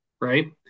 Right